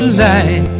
light